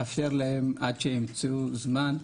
לאפשר להם עד שימצאו, זמן,